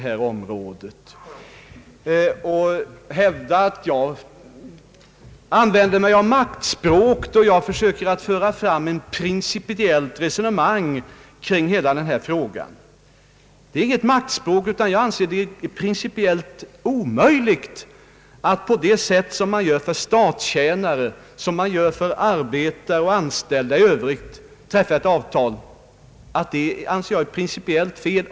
Herr Larsson tycks vilja hävda att jag använder mig av maktspråk när jag försöker föra ett principiellt resonemang kring hela denna fråga. Jag använder inget maktspråk; jag anser att det är principiellt felaktigt och omöjligt att på det sätt som man gör för statstjänare och anställda på den privata arbetsmarknaden träffa avtal.